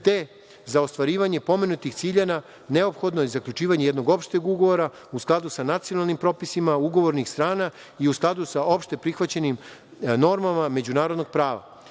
za ostvarivanje pomenutih ciljeva neophodno je zaključivanje jednog opšteg ugovora u skladu sa nacionalnim propisima ugovornih strana i u skladu sa opšte prihvaćenim normama međunarodnog